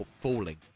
falling